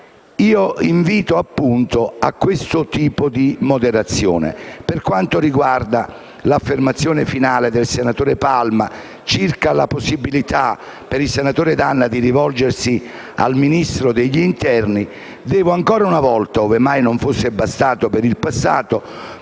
invito a questo tipo di moderazione. Per quanto riguarda l'affermazione finale del senatore Palma circa la possibilità per il senatore D'Anna di rivolgersi al Ministro dell'interno, devo ancora una volta precisare, ove mai non fosse bastato per il passato,